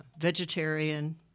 vegetarian